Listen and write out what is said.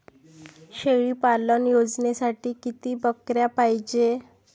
शेळी पालन योजनेसाठी किती बकऱ्या पायजे?